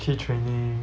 去 training